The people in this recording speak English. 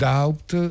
Doubt